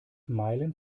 meilen